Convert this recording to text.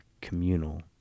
communal